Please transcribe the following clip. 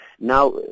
now